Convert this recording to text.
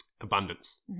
abundance